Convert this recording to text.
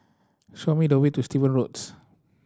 show me the way to Steven Roads